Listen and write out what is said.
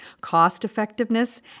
cost-effectiveness